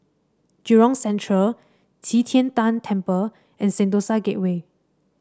Jurong Central Qi Tian Tan Temple and Sentosa Gateway